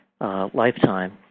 lifetime